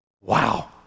Wow